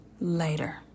Later